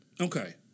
Okay